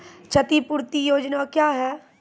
क्षतिपूरती योजना क्या हैं?